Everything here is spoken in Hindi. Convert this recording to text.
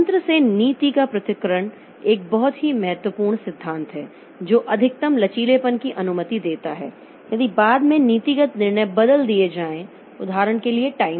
तंत्र से नीति का पृथक्करण एक बहुत ही महत्वपूर्ण सिद्धांत है जो अधिकतम लचीलेपन की अनुमति देता है यदि बाद में नीतिगत निर्णय बदल दिए जाएं उदाहरण के लिए टाइमर